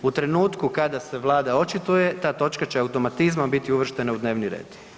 U trenutku kada se vlada očituje ta točka će automatizmom biti uvrštena u dnevni red.